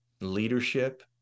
leadership